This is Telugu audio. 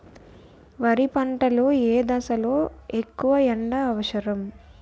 వరి పంట లో ఏ దశ లొ ఎక్కువ ఎండా అవసరం?